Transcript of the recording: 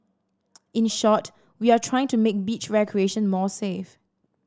in short we are trying to make beach recreation more safe